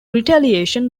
retaliation